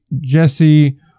Jesse